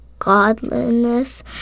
godliness